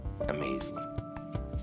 Amazing